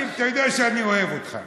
אני, אתה יודע שאני אוהב אותך,